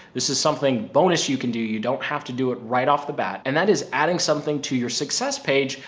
this is something bonus you can do. you don't have to do it right off the bat. and that is adding something to your success page,